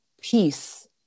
peace